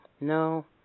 No